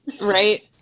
Right